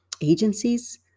agencies